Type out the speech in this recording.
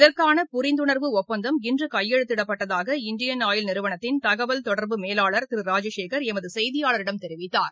இதற்கான ஒப்பந்தம் இன்றுகையெழுத்திடப்பட்டதாக Indian oil நிறுவனத்தின் தகவல் தொடர்பு மேலாளர் திருராஜசேகர் எமதுசெய்தியாளரிடம் தெரிவித்தார்